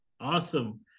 Awesome